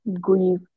grief